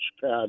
pad